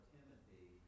Timothy